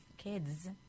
kids